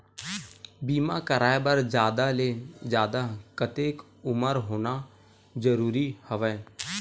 बीमा कराय बर जादा ले जादा कतेक उमर होना जरूरी हवय?